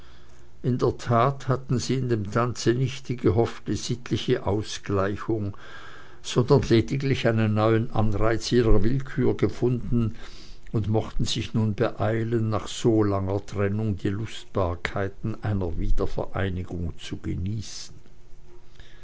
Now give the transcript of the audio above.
in der tat hatten sie in dem tanze nicht die gehoffte sittliche ausgleichung sondern lediglich einen neuen anreiz ihrer willkür gefunden und mochten sich nun beeilen nach so langer trennung die lustbarkeiten einer wiedervereinigung zu genießen